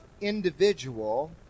individual